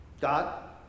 God